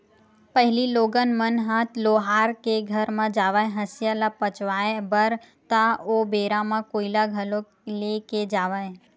पहिली लोगन मन ह लोहार के घर म जावय हँसिया ल पचवाए बर ता ओ बेरा म कोइला घलोक ले के जावय